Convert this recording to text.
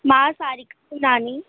मां सारिका गुरनानी